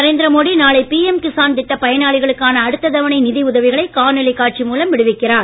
நரேந்திர மோடி நாளை பிஎம் கிஸான் திட்டப் பயனாளிகளுக்கான அடுத்த தவணை நிதி உதவிகளை காணொலி காட்சி மூலம் விடுவிக்கிறார்